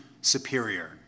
superior